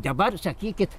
dabar sakykit